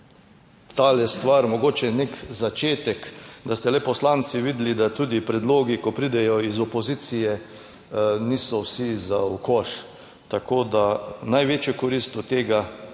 je ta stvar mogoče nek začetek, da ste le poslanci videli, da tudi predlogi, ko pridejo iz opozicije, niso vsi za v koš. Tako da največjo korist od tega